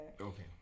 Okay